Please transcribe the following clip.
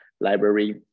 library